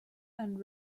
and